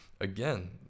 again